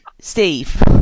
Steve